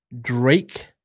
Drake